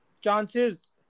chances